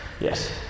Yes